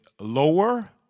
lower